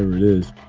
it is.